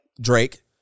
Drake